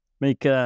Make